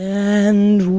and